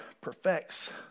perfects